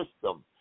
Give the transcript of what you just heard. system